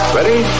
Ready